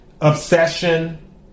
obsession